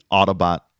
Autobot